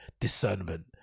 discernment